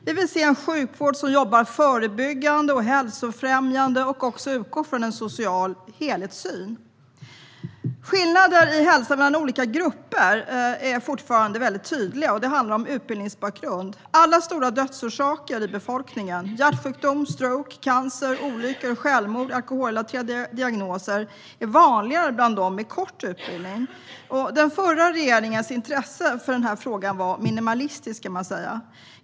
Vi vill se en sjukvård som jobbar förebyggande och hälsofrämjande och som också utgår från en social helhetssyn. Skillnader i hälsan mellan olika grupper är fortfarande tydliga. Det handlar om utbildningsbakgrund. Alla stora dödsorsaker i befolkningen - hjärtsjukdom, stroke, cancer, olyckor, självmord och alkoholrelaterade diagnoser - är vanligare bland dem med kort utbildning. Man kan säga att den förra regeringens intresse för denna fråga var minimalistisk.